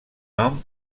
nom